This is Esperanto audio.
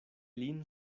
lin